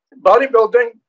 Bodybuilding